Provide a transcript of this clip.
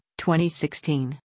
2016